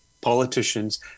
politicians